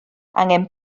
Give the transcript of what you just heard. angen